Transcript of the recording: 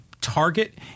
target